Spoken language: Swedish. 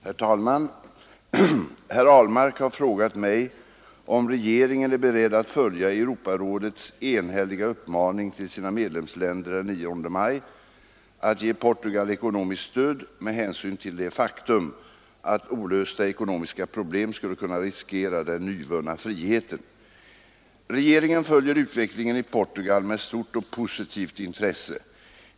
Herr talman! Herr Ahlmark har frågat mig om regeringen är beredd att följa Europarådets enhälliga uppmaning till sina medlemsländer den 9 maj att ge Portugal ekonomiskt stöd ”med hänsyn till det faktum att olösta ekonomiska problem skulle kunna riskera den nyvunna friheten”. Regeringen följer utvecklingen i Portugal med stort och positivt intresse.